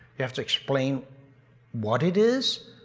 they have to explain what it is,